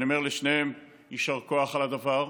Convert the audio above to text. אני אומר לשניהם יישר כוח על הדבר.